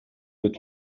mit